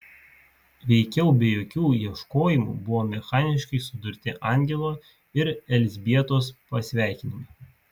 veikiau be jokių ieškojimų buvo mechaniškai sudurti angelo ir elzbietos pasveikinimai